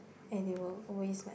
and they will always like